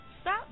stop